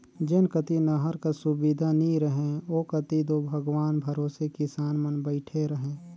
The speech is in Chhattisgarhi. जेन कती नहर कर सुबिधा नी रहें ओ कती दो भगवान भरोसे किसान मन बइठे रहे